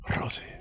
Rosie